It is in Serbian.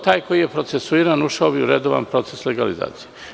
Taj koji je procesuiran, ušao bi u redovan proces legalizacije.